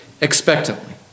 expectantly